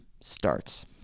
starts